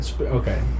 okay